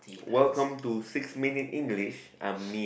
welcome to six minute English I'm Neil